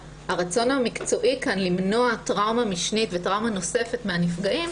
המקצועי למנוע טראומה משנית וטראומה נוספת מן הנפגעים,